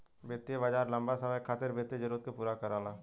वित्तीय बाजार लम्बा समय के खातिर वित्तीय जरूरत के पूरा करला